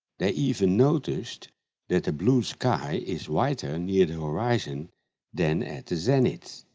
they even noticed that a blue sky is whiter near the horizon than at the zenith.